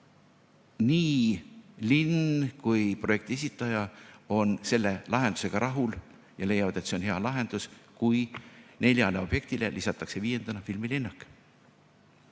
nii linn kui projekti esitaja on selle lahendusega rahul ja leiavad, et see on hea lahendus, kui neljale objektile lisatakse viiendana filmilinnak.